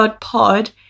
pod